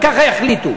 ככה יחליטו.